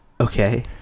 Okay